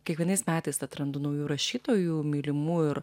kiekvienais metais atrandu naujų rašytojų mylimų ir